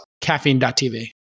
caffeine.tv